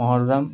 محرم